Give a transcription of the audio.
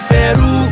Peru